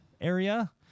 area